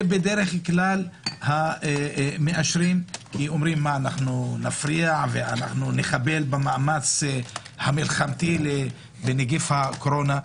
בדרך כלל מאשרים כי אומרים: נפריע ונחבל במאמץ המלחמתי בנגיף הקורונה?